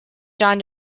john